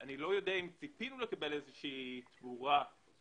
אני לא יודע אם ציפינו לקבל איזו שהיא תמורה לכך